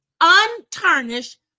Untarnished